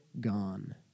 gone